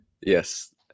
yes